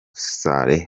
saleh